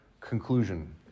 conclusion